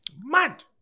Mad